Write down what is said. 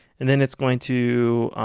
and then it's going to